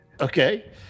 Okay